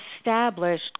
established